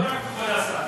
לא רק חולי סרטן.